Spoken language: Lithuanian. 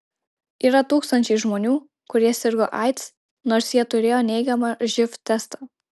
yra tūkstančiai žmonių kurie sirgo aids nors jie turėjo neigiamą živ testą